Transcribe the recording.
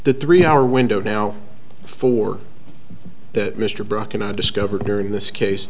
the three hour window now for that mr brooke and i discovered during this case